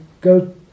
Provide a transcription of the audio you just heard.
go